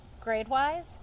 grade-wise